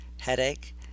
headache